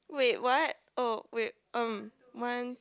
wait what oh wait um one